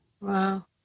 Wow